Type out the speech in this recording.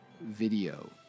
video